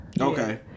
Okay